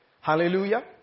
Hallelujah